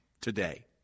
today